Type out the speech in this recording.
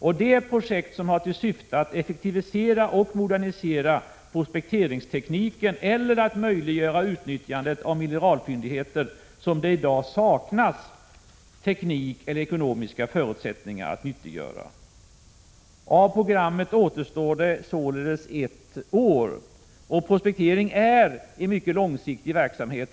Det är projekt som har till syfte att effektivisera och modernisera prospekteringstekniken eller att möjliggöra utnyttjandet av mineralfyndigheter som det i dag saknas teknik eller ekonomiska förutsättningar för att nyttiggöra. Av programmet återstår ett år. Prospektering är en mycket långsiktig verksamhet.